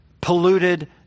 polluted